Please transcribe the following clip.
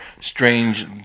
strange